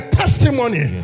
testimony